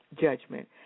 judgment